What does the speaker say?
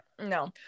no